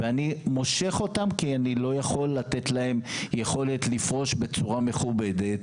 ואני מושך אותם כי אני לא יכול לתת להם יכולת לפרוש בצורה מכובדת.